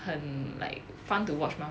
很 like fun to watch mah